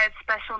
special